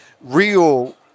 real